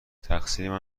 تقصیر